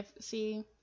see